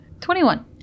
Twenty-one